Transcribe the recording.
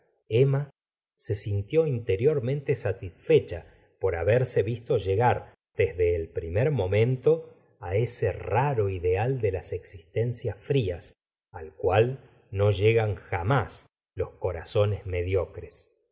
emma se sintió interiormente satisfecha por haberse visto llegar desde el primer momento á ese raro ideal de las existencias frías al cual no llegan jamás los corazones mediocres